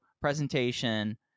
presentation